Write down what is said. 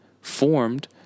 Formed